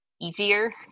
easier